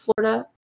Florida